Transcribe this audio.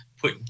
put